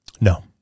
No